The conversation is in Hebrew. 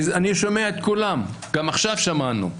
אני שומע את כולם, גם עכשיו שמענו,